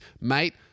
Mate